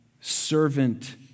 servant